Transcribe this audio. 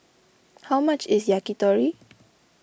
how much is Yakitori